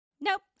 Nope